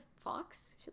fox